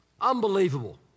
Unbelievable